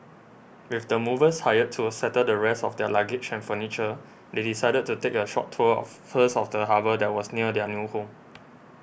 with the movers hired to settle the rest of their luggage and furniture they decided to take a short tour first of the harbour that was near their new home